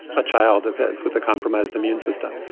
a child of his with a compromised immune system.